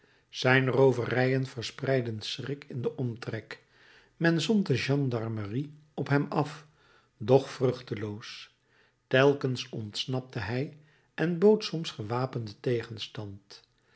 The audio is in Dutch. zijn rooverijen verspreidden schrik in den omtrek men zond de gendarmerie op hem af doch vruchteloos telkens ontsnapte hij en bood soms gewapenden tegenstand